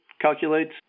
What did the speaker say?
calculates